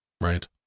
Right